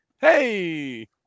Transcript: Hey